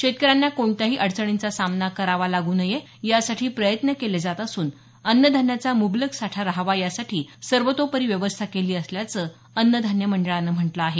शेतकऱ्यांना कोणत्याही अडचणींचा सामना करावा लागू नये यासाठी प्रयत्न केले जात असून अन्न धान्याचा मुंबलक साठा रहावा यासाठी सर्वतोपरी व्यवस्था केली असल्याचं अन्न धान्य मंडळानं म्हटलं आहे